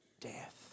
death